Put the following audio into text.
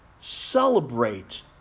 celebrate